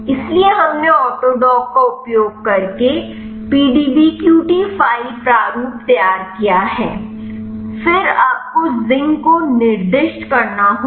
इसलिए हमने ऑटोडॉक का उपयोग करके पीडीबीक्यूटी फ़ाइल प्रारूप तैयार किया है फिर आपको जिंक को निर्दिष्ट करना होगा